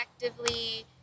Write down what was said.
effectively